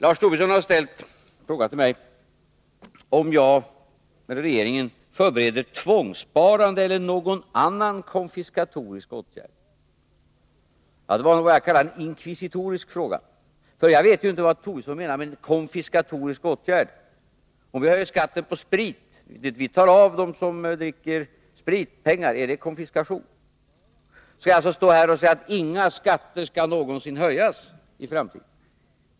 Lars Tobisson har frågat mig om regeringen förbereder tvångssparande eller ”någon annan konfiskatorisk åtgärd”. Det var vad jag skulle vilja kalla en inkvisitorisk fråga, för jag vet inte vad Lars Tobisson menar med en konfiskatorisk åtgärd. Om vi höjer skatten på sprit — dvs. om vi tar pengar från dem som dricker sprit — är det konfiskation? Skall jag stå här och säga att inga skatter någonsin skall höjas i framtiden?